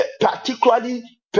particularly